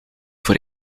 voor